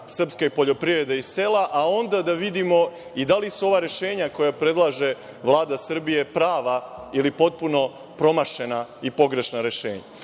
srpske poljoprivrede i sela, a onda da vidimo i da li su ova rešenja koja predlaže Vlada Srbije prava, ili potpuno promašena i pogrešna rešenja. Ova